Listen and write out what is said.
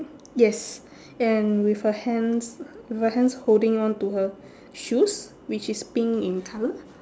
yes and with her hands with her hands holding on to her shoes which is pink in colour